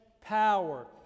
power